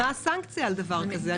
מה הסנקציה על הדבר הזה?